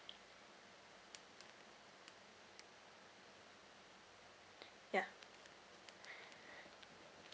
yeah